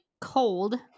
cold